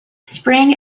spring